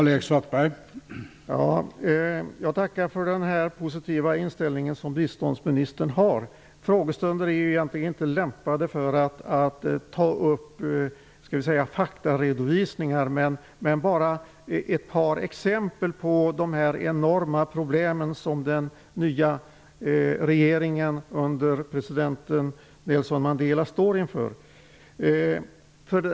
Herr talman! Jag tackar för att biståndsministern har den här positiva inställningen. Frågestunder är egentligen inte lämpade för att ta upp faktaredovisningar. Jag vill dock ta ett par exempel på de enorma problem som den nya regeringen under president Nelson Mandela står inför.